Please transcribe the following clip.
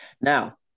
Now